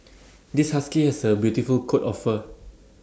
this husky has A beautiful coat of fur